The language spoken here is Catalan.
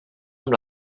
amb